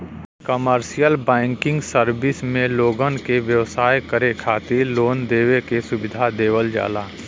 commercial banking service में लोगन के व्यवसाय करे खातिर लोन देवे के सुविधा देवल जाला